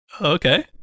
Okay